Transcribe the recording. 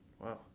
Wow